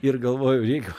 ir galvoju jeigu